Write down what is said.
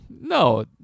No